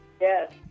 Yes